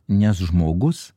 nes žmogus